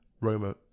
Roma